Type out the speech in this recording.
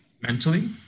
mentally